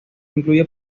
incluye